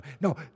no